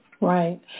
right